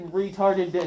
retarded